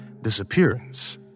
disappearance